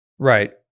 Right